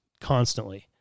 constantly